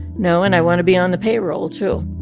no, and i want to be on the payroll, too.